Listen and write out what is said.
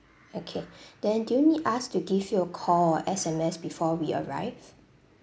okay then do you need us to give you a call or S_M_S before we arrive